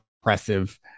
impressive